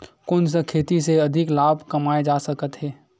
कोन सा खेती से अधिक लाभ कमाय जा सकत हे?